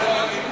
ברור.